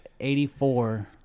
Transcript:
84